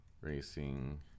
Racing